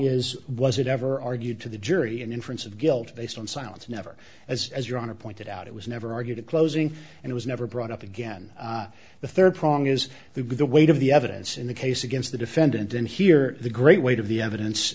is was it ever argued to the jury and inference of guilt based on silence never as as your honor pointed out it was never argued at closing and it was never brought up again the third prong is the weight of the evidence in the case against the defendant didn't hear the great weight of the evidence